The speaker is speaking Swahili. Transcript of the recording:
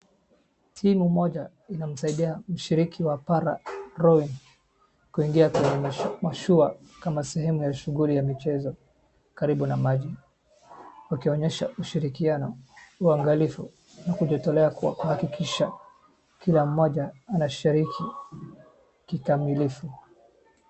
Timu moja inamsaidia mshiriki wa pararoy kuingia kwenye mashua kama sehemu ya shughuli ya michezo, karibu na maji wakionyesha ushirikiano, uangalifu na kujitolea kuhakikisha kila mmoja anashiriki kikamilifu.